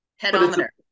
Pedometer